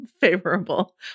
favorable